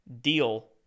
deal